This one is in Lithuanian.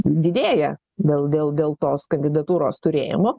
didėja gal dėl dėl tos kandidatūros turėjimo